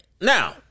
Now